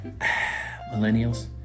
millennials